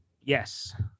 Yes